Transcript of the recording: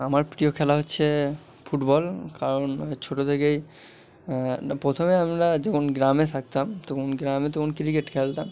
আমার প্রিয় খেলা হচ্ছে ফুটবল কারণ ছোটো থেকেই প্রথমে আমরা যখন গ্রামে থাকতাম তখন গ্রামে তখন ক্রিকেট খেলতাম